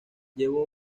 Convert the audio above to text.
llevó